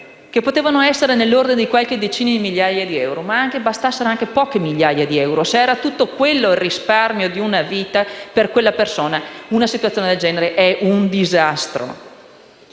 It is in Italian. che potevano essere dell'ordine di qualche decina di migliaia di euro. Ma, fossero anche state poche migliaia di euro, se quello era tutto il risparmio di una vita, per quella persona una situazione del genere è un disastro.